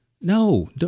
No